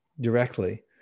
directly